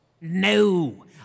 No